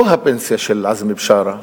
לא הפנסיה של עזמי בשארה,